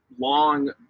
long